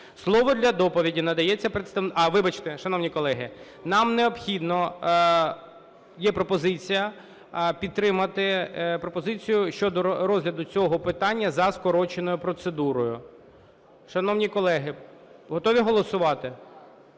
Слово для доповіді надається… А, вибачте, шановні колеги, нам необхідно, є пропозиція підтримати пропозицію щодо розгляду цього питання за скороченою процедурою. Шановні колеги, готові голосувати?